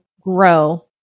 grow